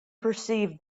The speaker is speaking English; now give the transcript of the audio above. perceived